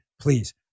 please